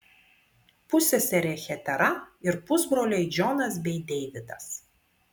pusseserė hetera ir pusbroliai džonas bei deividas